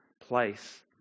place